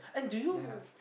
(uh huh)